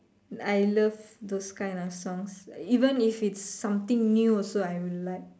I love those kind of songs even if it's something new also I will like